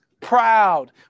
proud